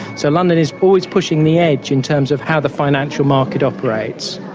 so london is always pushing the edge in terms of how the financial market operates.